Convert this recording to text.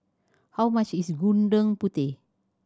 how much is Gudeg Putih